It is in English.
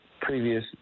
previous